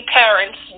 parents